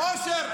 אושר,